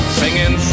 singing